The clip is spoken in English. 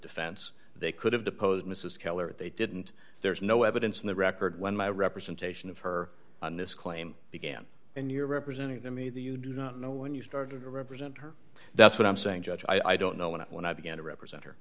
defense they could have deposed mrs keller if they didn't there's no evidence in the record when my representation of her on this claim began and you're representing to me that you do not know when you started to represent her that's what i'm saying judge i don't know when and when i began to represent her